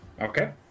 Okay